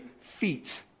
feet